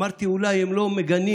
אמרתי שאולי הם לא מגנים